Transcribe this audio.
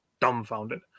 dumbfounded